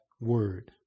word